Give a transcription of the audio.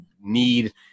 need